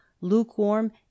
lukewarm